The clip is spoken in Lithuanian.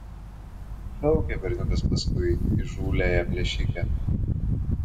šaukė berniukas paskui įžūliąją plėšikę